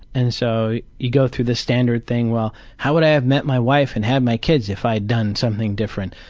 and so you go through this standard thing well, how would i have met my wife and had my kids if i'd done something different?